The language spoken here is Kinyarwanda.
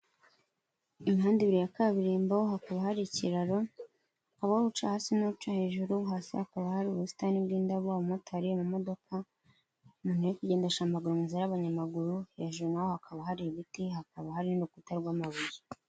Imihanda ibiri ya kaburimbo hakaba hari ikiraro hariho uca hasi n'uca hejuru, hasi hakaba hari ubusitani bw'indabo, abamotari, amamodoka, umuntu uri kugendesha amaguru mu nzira y'abanyamaguru, hejuru naho hakaba hari ibiti, hakaba hari n'urukuta rw'amabuye.